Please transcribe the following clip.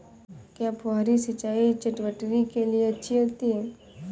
क्या फुहारी सिंचाई चटवटरी के लिए अच्छी होती है?